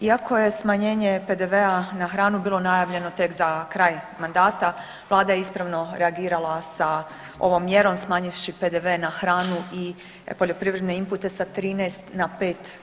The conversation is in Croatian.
Iako je smanjenje PDV-a na hranu bilo najavljeno tek za kraj mandata vlada je ispravno reagirala sa ovom mjerom smanjivši PDV na hranu i poljoprivredne inpute sa 13 na 5%